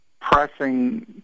pressing